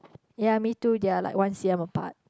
ya me too they're like one C_M apart